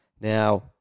Now